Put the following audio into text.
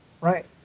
Right